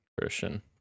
Christian